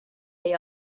they